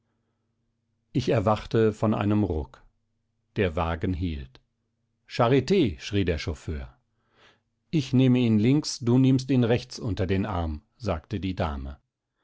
ich erwachte von einem ruck der wagen hielt charit schrie der chauffeur ich nehme ihn links du nimmst ihn rechts unter den arm sagte die dame